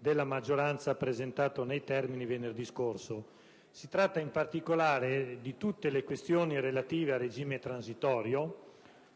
della maggioranza presentato, nei termini, venerdì scorso. Riguarda, in particolare, tutte le questioni relative al regime transitorio,